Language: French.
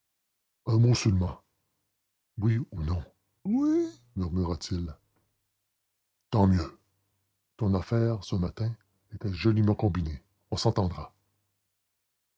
un mot seulement oui ou non oui murmura-t-il tant mieux ton affaire ce matin était joliment combinée on s'entendra